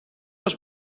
was